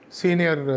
senior